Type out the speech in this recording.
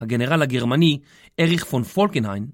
הגנרל הגרמני, אריך פון פולקינהיין